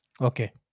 Okay